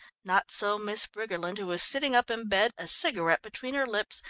not so miss briggerland, who was sitting up in bed, a cigarette between her lips,